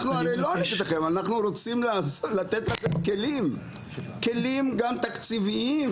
אנחנו לא נגדכם; אנחנו רוצים לתת לכם כלים גם תקציביים